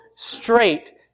straight